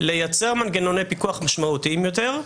לייצר מנגנוני פיקוח משמעותיים יותר,